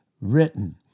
written